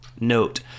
note